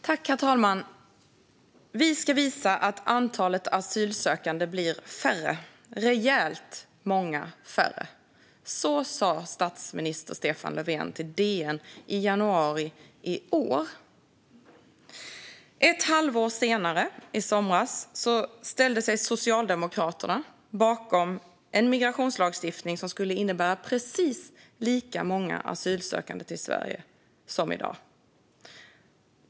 Herr talman! Vi ska visa att antalet asylsökande blir färre - rejält många färre. Så sa statsminister Stefan Löfven till DN i januari i år. Ett halvår senare, i somras, ställde sig Socialdemokraterna bakom en migrationslagstiftning som skulle innebära precis lika många asylsökande till Sverige som i dag.